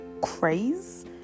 Craze